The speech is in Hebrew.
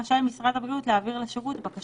ההחלטה